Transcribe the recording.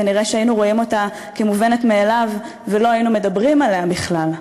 כנראה היינו רואים אותה כמובנת מאליה ולא היינו מדברים עליה בכלל.